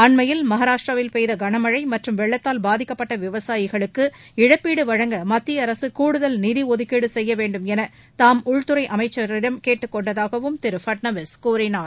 அண்மையில் மகாராஷ்டிராவில் பெய்த கனமழை மற்றும் வெள்ளத்தால் பாதிக்கப்பட்ட விவசாயிகளுக்கு இழப்பீடு வழங்க மத்திய அரசு கூடுதல் நிதி ஒதுக்கீடு செய்ய வேண்டுமென தாம் உள்துறை அமைச்சரிடம் கேட்டுக்கொண்டதாகவும் திரு பட்னாவிஸ் கூறினார்